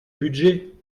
budget